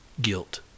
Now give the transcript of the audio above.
guilt